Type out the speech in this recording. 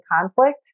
conflict